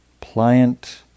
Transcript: pliant